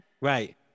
Right